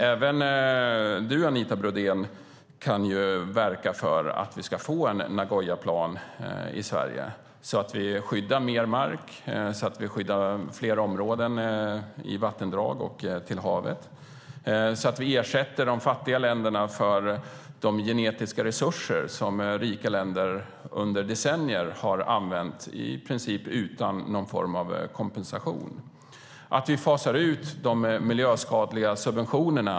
Även du, Anita Brodén, kan verka för att vi får en Nagoyaplan i Sverige så att vi skyddar mer mark och fler områden - gäller även vattendrag och ut till havet - och så att vi ersätter de fattiga länderna för de genetiska resurser som rika länder under decennier i princip utan någon form av kompensation använt. Det gäller också att vi fasar ut de miljöskadliga subventionerna.